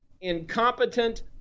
incompetent